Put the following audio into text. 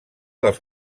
dels